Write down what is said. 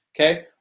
Okay